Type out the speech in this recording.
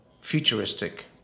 futuristic